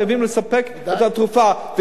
חייבים לספק את התרופה,